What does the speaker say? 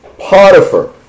Potiphar